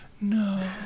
no